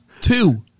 two